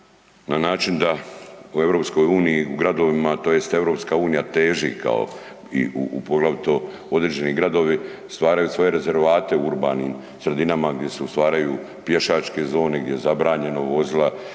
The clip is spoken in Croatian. na način da u EU u gradovima tj. EU teži kao i, u, u poglavito određenim gradovi stvaraju svoje rezervate u urbanim sredinama gdje se stvaraju pješačke zone, gdje je zabranjeno vozila,